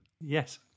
Yes